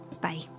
Bye